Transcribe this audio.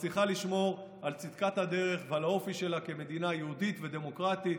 מצליחה לשמור על צדקת הדרך ועל האופי שלה כמדינה יהודית ודמוקרטית,